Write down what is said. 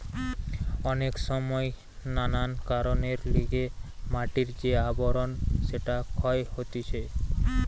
অনেক সময় নানান কারণের লিগে মাটির যে আবরণ সেটা ক্ষয় হতিছে